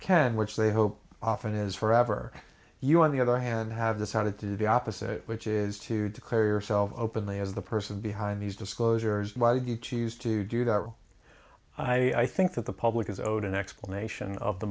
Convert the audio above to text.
can which they hope often is forever you on the other hand have decided to do the opposite which is to declare yourself openly as the person behind these disclosures why did you choose to do that i think that the public is owed an explanation of the